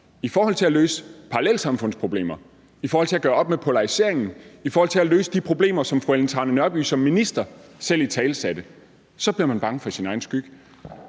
I forhold til at løse parallelsamfundsproblemer, i forhold til at gøre op med polariseringen, i forhold til at løse de problemer, som fru Ellen Trane Nørby som minister selv italesatte, bliver man bange for sin egen skygge.